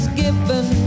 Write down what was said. given